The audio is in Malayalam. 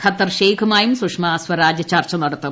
ഖത്തർ ഷേയ്ഖുമായും സുഷമ സ്വരാജ് ചർച്ച നടത്തും